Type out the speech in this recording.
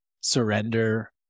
surrender